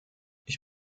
ich